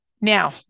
Now